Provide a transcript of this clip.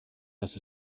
dass